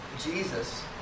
Jesus